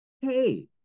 hey